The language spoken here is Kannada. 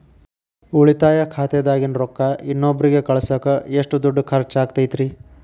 ಉಳಿತಾಯ ಖಾತೆದಾಗಿನ ರೊಕ್ಕ ಇನ್ನೊಬ್ಬರಿಗ ಕಳಸಾಕ್ ಎಷ್ಟ ದುಡ್ಡು ಖರ್ಚ ಆಗ್ತೈತ್ರಿ?